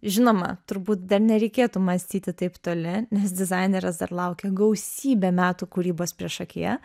žinoma turbūt dar nereikėtų mąstyti taip toli nes dizainerės dar laukia gausybė metų kūrybos priešakyje